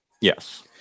Yes